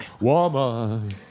woman